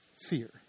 fear